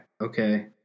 okay